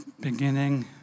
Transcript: beginning